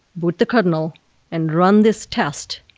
boot the kernel and run this test,